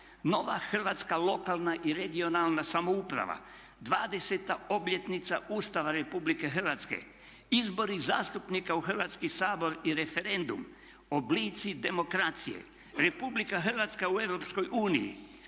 "Nova hrvatska lokalna i regionalna samouprava", "20. obljetnica Ustava RH", "Izbori zastupnika u Hrvatski sabor i referendum", "Oblici demokracije", "Republika Hrvatska u EU",